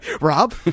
Rob